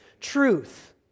truth